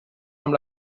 amb